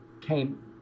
came